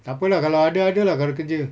tak apa lah kalau ada ada lah kalau kerja